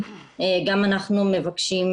והם נאלצו להחזיר